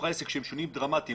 העסק שהם שינויים דרמטיים,